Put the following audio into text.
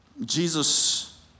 Jesus